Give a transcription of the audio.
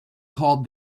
call